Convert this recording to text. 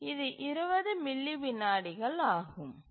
M ஆகும் இது 20 milli விநாடிகள் ஆகும்